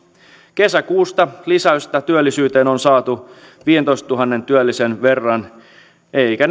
kesäkuusta lisäystä työllisyyteen on saatu viidentoistatuhannen työllisen verran eivätkä